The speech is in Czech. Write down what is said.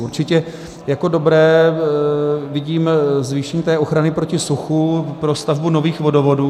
Určitě jako dobré vidím zvýšení ochrany proti suchu pro stavbu nových vodovodů.